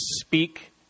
speak